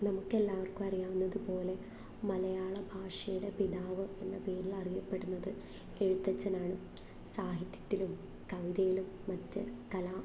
നമുക്കെല്ലാവർക്കും അറിയാവുന്നതുപോലെ മലയാള ഭാഷയുടെ പിതാവ് എന്ന പേരിൽ അറിയപ്പെടുന്നത് എഴുത്തച്ഛനാണ് സാഹിത്യത്തിലും കവിതയിലും മറ്റ് കലാ